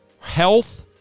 health